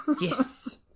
Yes